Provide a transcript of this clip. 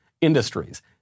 industries